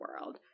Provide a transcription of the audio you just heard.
world